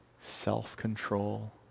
self-control